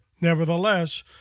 Nevertheless